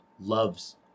loves